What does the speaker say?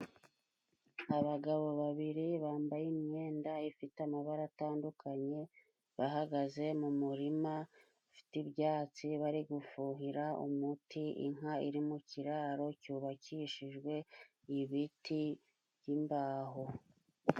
Abagabo babiri bambaye imyenda ifite amabara atandukanye, bahagaze mu murima ufite ibyatsi, bari gufuhira umuti inka iri mu kiraro cyubakishijwe ibiti by'imbaho.